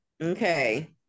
Okay